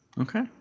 Okay